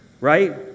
Right